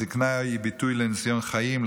הזקנה היא ביטוי לניסיון חיים,